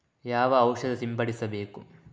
ಯಾವ ಔಷಧ ಸಿಂಪಡಿಸಬೇಕು?